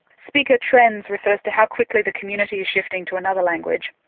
speaker trends refer to how quickly the community is shifting to another language.